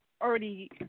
already